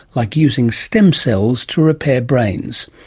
like using stem cells to repair brains.